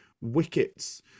wickets